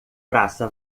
praça